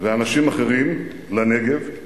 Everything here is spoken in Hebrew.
ואנשים אחרים לנגב.